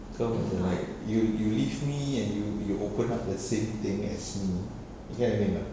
come from like you you leave me and you you open up the same thing as me you get what I mean not